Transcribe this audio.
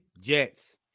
Jets